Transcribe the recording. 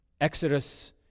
Exodus